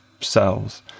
cells